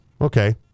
Okay